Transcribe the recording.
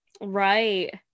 Right